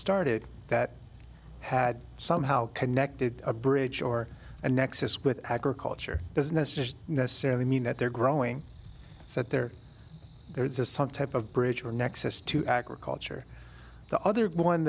started that had somehow connected a bridge or a nexus with agriculture business is necessarily mean that they're growing set there there's some type of bridge or nexus to agriculture the other one